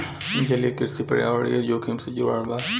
जलीय कृषि पर्यावरणीय जोखिम से जुड़ल बा